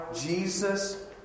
Jesus